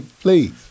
Please